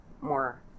more